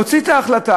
מוציא את ההחלטה.